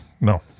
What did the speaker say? No